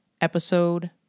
episode